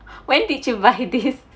when did you buy this